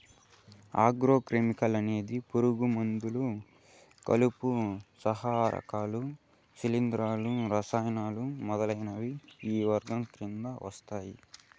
agro chemical అనేది పురుగు మందులు, కలుపు సంహారకాలు, శిలీంధ్రాలు, రసాయనాలు మొదలైనవి ఈ వర్గం కిందకి వస్తాయి